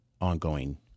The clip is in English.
ongoing